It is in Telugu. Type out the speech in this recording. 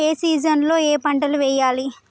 ఏ సీజన్ లో ఏం పంటలు వెయ్యాలి?